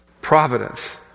Providence